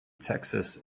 texas